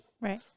Right